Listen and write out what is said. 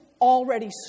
already